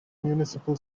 municipal